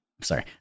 Sorry